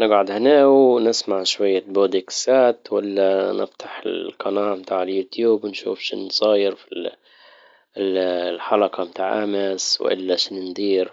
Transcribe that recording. نجعد هنا ونسمع شوية بوديكسات ولا نفتح القناة بتاع اليوتيوب. نشوف شنو صاير في الـ- فى الحلقة بتاع امس والا سندير.